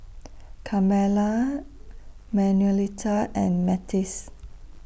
Carmella Manuelita and Matthias